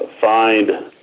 find